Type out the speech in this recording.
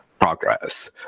progress